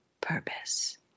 purpose